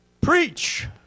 preach